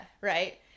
Right